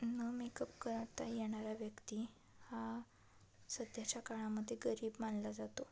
न मेकअप करता येणारा व्यक्ती हा सध्याच्या काळामध्ये गरीब मानला जातो